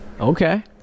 Okay